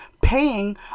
paying